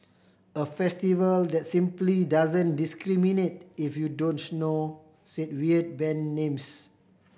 a festival that simply doesn't discriminate if you don't know said weird band names